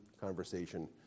conversation